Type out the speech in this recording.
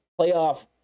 playoff